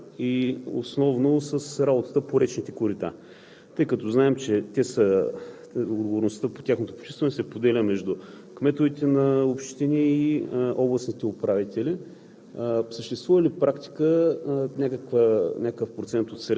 Това, което искам да задам като въпрос обаче, е свързано с превенцията и основно с работата по речните корита, тъй като знаем, че отговорността по тяхното почистване се поделя между кметовете на общини и областните управители.